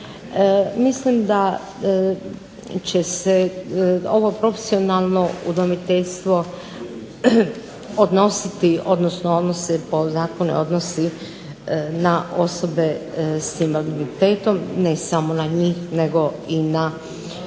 Mislim da će se ovo profesionalno udomiteljstvo odnositi odnosno ono se po zakonu odnosi na osobe sa invaliditetom ne samo na njih nego i na